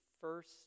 first